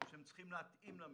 שצריכים להתאים למשימה.